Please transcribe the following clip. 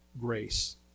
grace